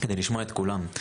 כדי לשמוע את כולם,